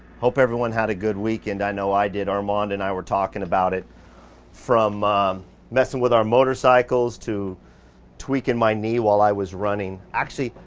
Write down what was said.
hope everyone had a good weekend. i know i did. armand and i were talking about it from messing with our motorcycles to tweaking my knee while i was running. actually,